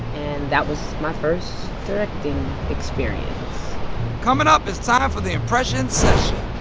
and that was my first directing experience coming up, it's time for the impression session